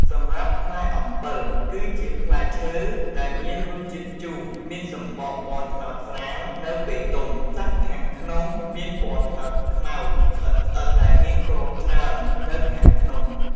សម្រាប់ផ្លែអំពិល គឺជាផ្លែឈើដែលមានរសជាតិជូរមានសំបកពណ៌ត្នោតស្រាល នៅពេលទុំ សាច់ខាងក្នុងមានពណ៌ត្នោតខ្មៅស្អិតៗ ដែលមានគ្រាប់ច្រើននៅខាងក្នុង។